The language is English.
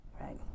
right